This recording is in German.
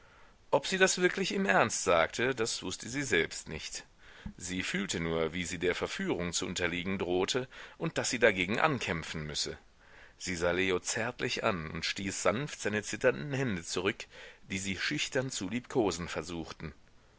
ob sie das wirklich im ernst sagte das wußte sie selbst nicht sie fühlte nur wie sie der verführung zu unterliegen drohte und daß sie dagegen ankämpfen müsse sie sah leo zärtlich an und stieß sanft seine zitternden hände zurück die sie schüchtern zu liebkosen versuchten